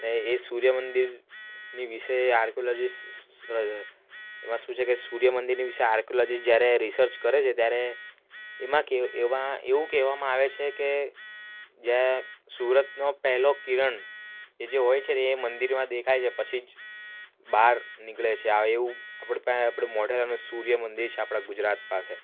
ને એ સૂર્યમંદિરની વિશે આર્ક્યોલોજિસ્ટ એમાં શું છે કે મંદિર વિશે આર્ક્યોલોજિસ્ટ જ્યારે રિસર્ચ કરે છે ત્યારે એમાં એવું કહેવામાં આવે છે કે જ્યાં સુરજનો પહેલો કિરણ જે હોય છે તે મંદિરમાં દેખાય છે પછી જ બહાર નીકળે છે આ એવું મોઢેરાનું સૂર્યમંદિર છે આપણા ગુજરાત પાસે